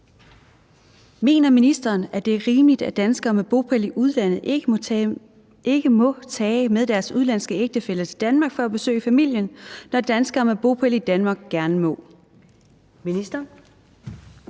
Mener ministeren, at det er rimeligt, at danskere med bopæl i udlandet ikke må tage med deres udenlandske ægtefælle til Danmark for at besøge familien, når danskere med bopæl i Danmark gerne må? Skriftlig